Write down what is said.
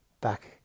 back